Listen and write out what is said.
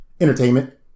entertainment